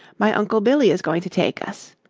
my uncle billy is going to take us,